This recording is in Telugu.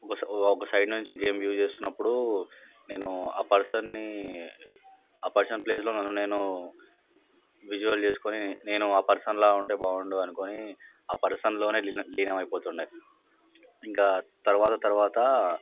ఒక ఒకసైడు నుంచి గేమ్ యూజ్ చేస్తున్నప్పుడు నేను ఆ పర్సన్ని ఆ పర్సన్ ప్లేస్లో నన్ను నేను విజువల్ చేసుకుని నేను ఆ పర్సన్లా ఉంటే బాగుండు అనుకొని ఆ పర్సన్లోనే లీనమైపోతుండె ఇంకా తర్వాతర్వాత